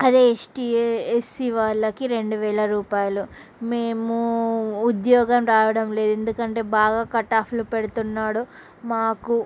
అదే ST SC వాళ్ళకి రెండు వేల రూపాయలు మేమూ ఉద్యోగం రావడం లేదు ఎందుకంటే బాగా కటాఫ్లు పెడుతున్నాడు మాకు